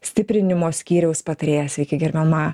stiprinimo skyriaus patarėja sveiki gerbiama